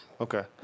Okay